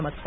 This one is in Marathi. नमस्कार